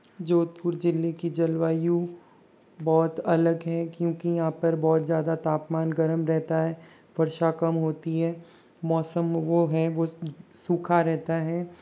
जोधपुर ज़िले की जलवायु बहुत अलग है क्योंकि यहाँ पर बहुत ज़्यादा तापमान गर्म रहता है वर्षा कम होती है मौसम वो है वो सूखा रहता है